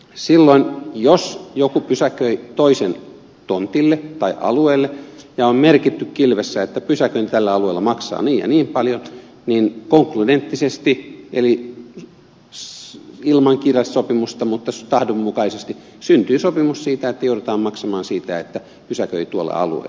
silloin jos joku pysäköi toisen tontille tai alueelle ja on merkitty kilvessä että pysäköinti tällä alueella maksaa niin ja niin paljon niin konkludenttisesti eli ilman kirjallista sopimusta mutta tahdonmukaisesti syntyy sopimus siitä että joutuu maksamaan siitä että pysäköi tuolle alueelle